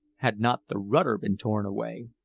had not the rudder been torn away.